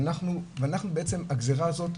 והגזרה הזו,